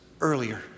earlier